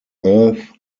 earth